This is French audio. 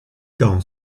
quand